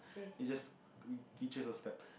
it's just picture of step